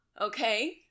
Okay